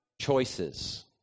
choices